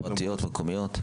חברות פרטיות, מקומיות?